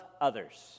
others